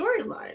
storyline